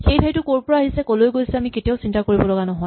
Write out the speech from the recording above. সেই ঠাইটো ক'ৰ পৰা আহিছে কলৈ গৈছে আমি কেতিয়াও চিন্তা কৰিবলগা নহয়